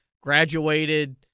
graduated